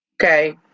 okay